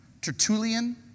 Tertullian